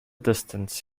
distance